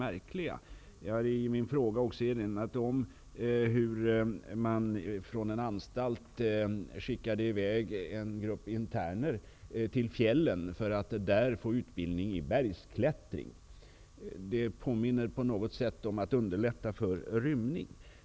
Jag har i min fråga också erinrat om hur en anstalt skickade i väg en grupp interner till fjällen för att där få utbildning i bergsklättring. Det påminner på något sätt om att underlätta för rymning.